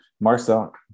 Marcel